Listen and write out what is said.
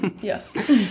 Yes